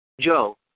Joe